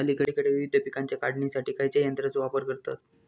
अलीकडे विविध पीकांच्या काढणीसाठी खयाच्या यंत्राचो वापर करतत?